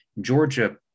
Georgia